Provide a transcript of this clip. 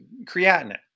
creatinine